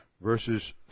verses